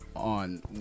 On